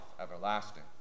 everlasting